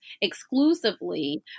exclusively